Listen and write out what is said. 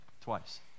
twice